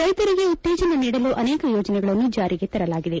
ರೈತರಿಗೆ ಉತ್ತೇಜನ ನೀಡಲು ಅನೇಕ ಯೋಜನೆಗಳನ್ನು ಜಾರಿಗೆ ತರಲಾಗಿದೆ